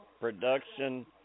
production